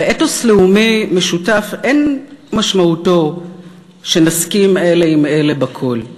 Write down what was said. ואתוס לאומי משותף אין משמעותו שנסכים אלה עם אלה בכול.